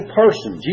person